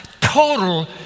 total